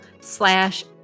slash